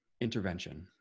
intervention